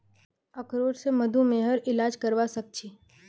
अखरोट स मधुमेहर इलाज करवा सख छी